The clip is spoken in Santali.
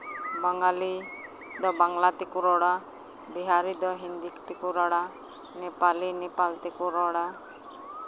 ᱵᱟᱝᱜᱟᱞᱤ ᱫᱚ ᱵᱟᱝᱞᱟ ᱛᱮᱠᱚ ᱨᱚᱲᱟ ᱵᱤᱦᱟᱨᱤ ᱫᱚ ᱦᱤᱱᱫᱤ ᱛᱮᱠᱚ ᱨᱚᱲᱟ ᱱᱮᱯᱟᱞᱤ ᱱᱮᱯᱟᱞ ᱛᱮᱠᱚ ᱨᱚᱲᱟ